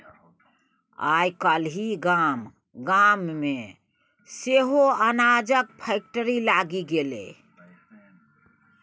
आय काल्हि गाम गाम मे सेहो अनाजक फैक्ट्री लागि गेलै